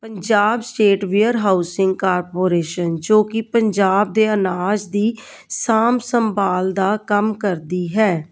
Punjab state warehousing corporation ਜੋ ਕਿ ਪੰਜਾਬ ਦੇ ਅਨਾਜ ਦੀ ਸਾਂਭ ਸੰਭਾਲ ਦਾ ਕੰਮ ਕਰਦੀ ਹੈ